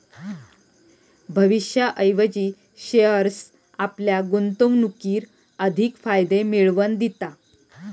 भविष्याऐवजी शेअर्स आपल्या गुंतवणुकीर अधिक फायदे मिळवन दिता